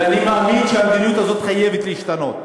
ואני מאמין שהמדיניות הזאת חייבת להשתנות.